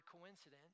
coincidence